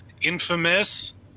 infamous